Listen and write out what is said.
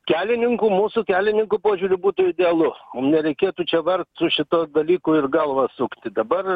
kelininkų mūsų kelininkų požiūriu būtų idealu nereikėtų čia vargt su šituo dalyku ir galvą sukti dabar